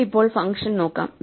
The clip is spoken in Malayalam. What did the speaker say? നമുക്ക് ഇപ്പോൾ ഫംഗ്ഷൻ നോക്കാം